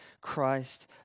Christ